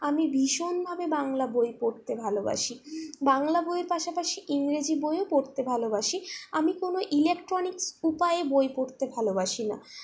আমি ভীষণভাবে বাংলা বই পড়তে ভালোবাসি বাংলা বইয়ের পাশাপাশি ইংরেজি বইও পড়তে ভালোবাসি আমি কোনও ইলেকট্রনিক্স উপায়ে বই পড়তে ভালোবাসি না